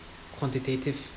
quantitative